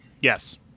Yes